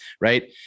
Right